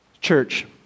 Church